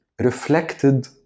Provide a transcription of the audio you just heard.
reflected